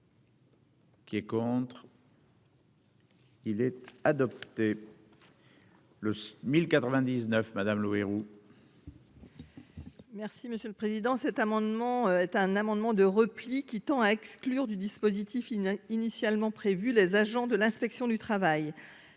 Qui est contre. Il est adopté. Le 1099 madame le héros. Merci monsieur le Président, cet amendement est un amendement de repli qui tend à exclure du dispositif initialement prévu, les agents de l'inspection du travail,